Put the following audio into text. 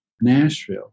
Nashville